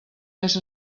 més